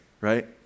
right